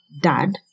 dad